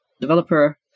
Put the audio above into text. developer